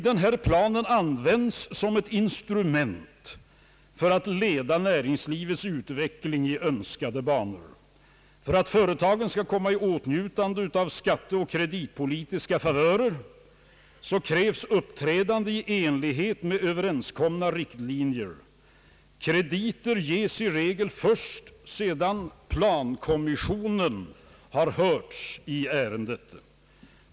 Denna plan används som ett instrument för att leda näringslivets utveckling i önskade banor. För att ett företag skall komma i åtnjutande av skatteoch kreditpolitiska favörer krävs uppträdande i enlighet med Ööverenskomna riktlinjer. Kredit ges i regel först sedan plankommissionen hörts i ärendet.